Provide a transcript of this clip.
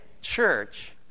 church